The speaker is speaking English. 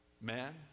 man